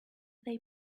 they